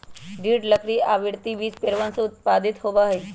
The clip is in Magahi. दृढ़ लकड़ी आवृतबीजी पेड़वन से उत्पादित होबा हई